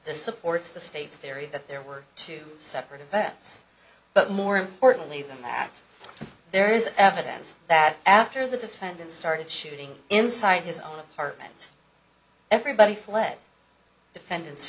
this supports the state's theory that there were two separate events but more importantly than that there is evidence that after the defendant started shooting inside his own apartment everybody fled defendants